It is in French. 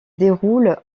déroulent